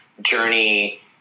journey